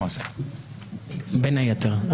בין היתר.